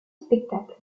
spectacle